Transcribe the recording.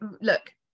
look